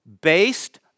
Based